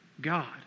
God